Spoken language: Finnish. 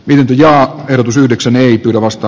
vihanti ja erotus yhdeksän ei kovasta